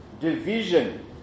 division